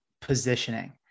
positioning